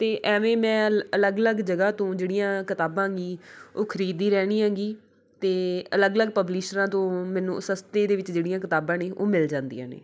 ਅਤੇ ਐਵੇਂ ਮੈਂ ਅਲੱਗ ਅਲੱਗ ਜਗ੍ਹਾ ਤੋਂ ਜਿਹੜੀਆਂ ਕਿਤਾਬਾਂ ਹੈਗੀ ਉਹ ਖਰੀਦਦੀ ਰਹਿੰਦੀ ਹੈਗੀ ਅਤੇ ਅਲੱਗ ਅਲੱਗ ਪਬਲਿਸ਼ਰਾਂ ਤੋਂ ਮੈਨੂੰ ਸਸਤੇ ਦੇ ਵਿੱਚ ਜਿਹੜੀਆਂ ਕਿਤਾਬਾਂ ਨੇ ਉਹ ਮਿਲ ਜਾਂਦੀਆਂ ਨੇ